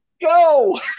go